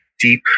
deep